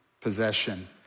possession